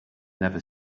never